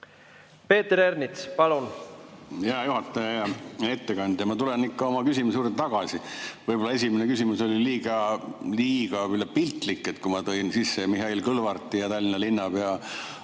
Peeter Ernits, palun! Hea juhataja! Hea ettekandja! Ma tulen ikka oma küsimuse juurde tagasi. Võib-olla esimene küsimus oli liiga piltlik, kui ma tõin sisse Mihhail Kõlvarti ja Tallinna linnapea.